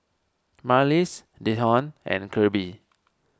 Marlys Dejon and Kirby